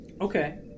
Okay